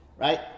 right